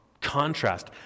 contrast